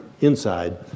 inside